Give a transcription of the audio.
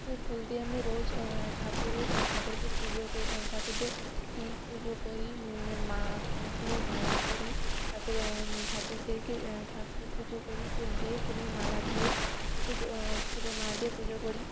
সেই ফুল দিয়ে আমি রোজ ঠাকুরের ঠাকুরকে পুজো ক ঠাকুরদের দিই পুজো করি মা ফুলের মালা করি ঠাকুর ঠাকুরদেরকে ঠাকুর পুজো করি ফুল দিয়ে ফুলের মালা দিয়ে পুজো ফুলের মালা দিয়ে পুজো করি